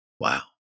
Wow